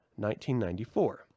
1994